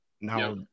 Now